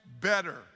better